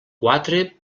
quatre